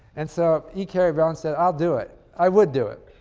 and so, e. cary brown said, i'll do it. i would do it,